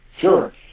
Sure